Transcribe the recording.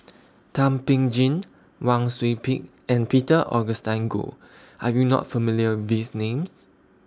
Thum Ping Tjin Wang Sui Pick and Peter Augustine Goh Are YOU not familiar with These Names